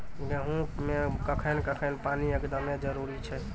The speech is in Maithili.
गेहूँ मे कखेन कखेन पानी एकदमें जरुरी छैय?